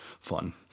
fun